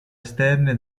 esterne